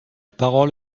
parole